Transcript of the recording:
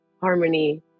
harmony